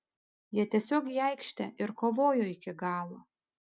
jie tiesiog į aikštę ir kovojo iki galo